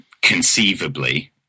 Conceivably